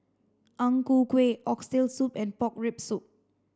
Ang Ku Kueh oxtail soup and pork rib soup